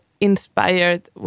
inspired